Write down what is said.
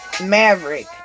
maverick